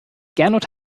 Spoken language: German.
gernot